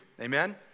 amen